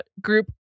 group